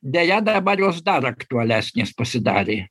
deja dabar jos dar aktualesnės pasidarė